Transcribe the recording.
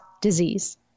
disease